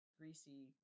greasy